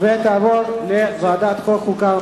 לוועדת החוקה,